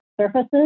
surfaces